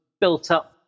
built-up